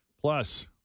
Plus